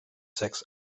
sechs